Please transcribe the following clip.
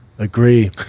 Agree